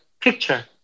picture